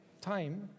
time